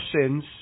sins